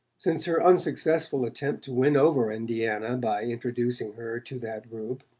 since her unsuccessful attempt to win over indiana by introducing her to that group,